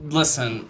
listen